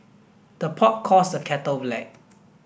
the pot calls the kettle black